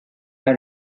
are